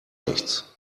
nichts